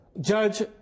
Judge